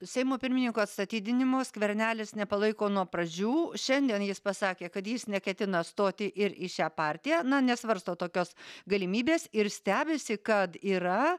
seimo pirmininko atstatydinimo skvernelis nepalaiko nuo pradžių šiandien jis pasakė kad jis neketina stoti ir į šią partiją nesvarsto tokios galimybės ir stebisi kad yra